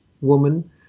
woman